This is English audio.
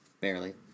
Barely